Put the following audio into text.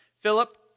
Philip